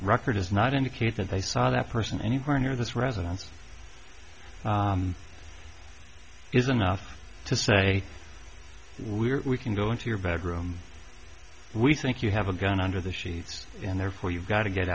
record does not indicate that they saw that person anywhere near this residence is enough to say we're we can go into your bedroom we think you have a gun under the sheets and therefore you've got to get